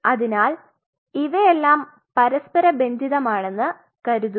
അതിനാൽ ഇവയെല്ലാം പരസ്പരബന്ധിതമാണെന്ന് കരുതുന്നു